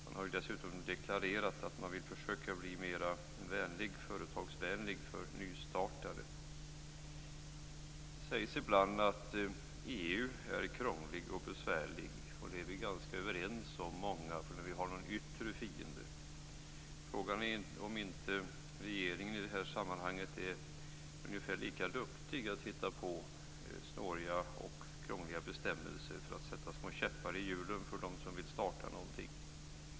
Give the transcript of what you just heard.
Man har dessutom deklarerat att man vill försöka bli mer företagsvänlig när det gäller nystartade företag. Det sägs ibland att EU är krångligt och besvärligt. Det är vi ganska överens om när vi har en yttre fiende. Frågan är om inte regeringen i detta sammanhang är ungefär lika duktig på att hitta på snåriga och krångliga bestämmelser för att sätta små käppar i hjulen för dem som vill starta någonting.